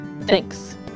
Thanks